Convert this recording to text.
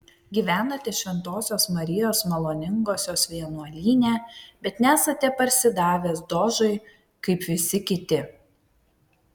gyvenate šventosios marijos maloningosios vienuolyne bet nesate parsidavęs dožui kaip visi kiti